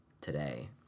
today